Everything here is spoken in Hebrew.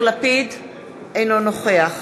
אינו נוכח